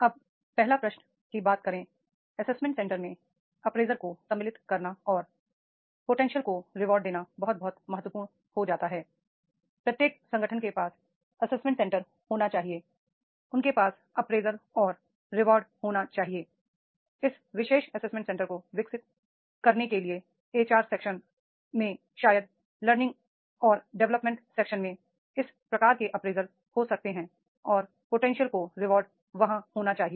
अब पहला प्रश्न की बात करें एसेसमेंट सेंटर में अप्रेजल को सम्मिलित करना और पोटेंशियल को रिवॉर्ड देना बहुत बहुत महत्वपूर्ण हो जाता हैi प्रत्येक संगठन के पास एसेसमेंट सेंटर होना चाहिए उनके पास अप्रेजल और रिवॉर्ड होना चाहिए इस विशेष एसेसमेंट सेंटर को विकसित करने के लिए एचआर सेक्शन में शायद विशेष रुप से लर्निंग एंड डेवलपमेंट सेक्शन में इस प्रकार के अप्रेजल हो सकते हैं और पोटेंशियल को रिवॉर्ड वहाँ होना चाहिए